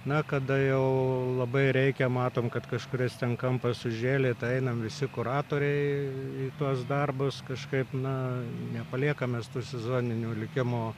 na kada jau labai reikia matom kad kažkuris ten kampas užžėlė tai einam visi kuratoriai į tuos darbus kažkaip na nepaliekam mes tų sezoninių likimo